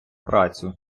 працю